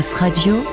Radio